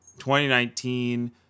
2019